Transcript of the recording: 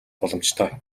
боломжтой